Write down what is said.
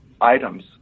items